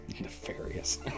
Nefarious